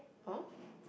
!huh!